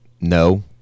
no